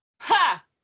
Ha